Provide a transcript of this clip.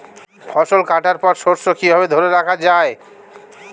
ফসল কাটার পর শস্য কিভাবে ধরে রাখা য়ায়?